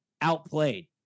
outplayed